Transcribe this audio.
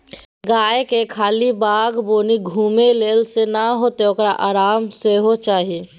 गायके खाली बाध बोन घुमेले सँ नै हेतौ ओकरा आराम सेहो चाही